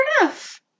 enough